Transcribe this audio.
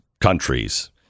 countries